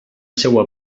seua